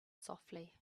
softly